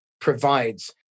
provides